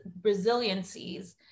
resiliencies